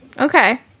Okay